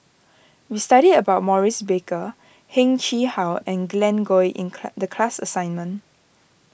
we studied about Maurice Baker Heng Chee How and Glen Goei in the class assignment